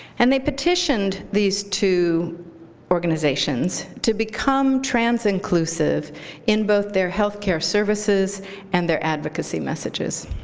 and they petitioned these two organizations to become trans-inclusive in both their health care services and their advocacy messages.